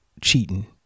cheating